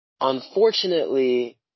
unfortunately